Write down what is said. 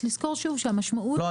לא,